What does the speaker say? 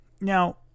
Now